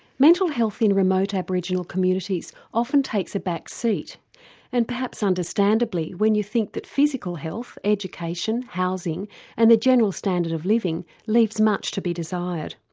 mental health in remote aboriginal communities often takes a back seat and perhaps understandably, when you think that physical health, education, housing and a general standard of living leaves much to be desired.